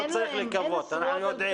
לא צריך לקוות, אנחנו יודעים.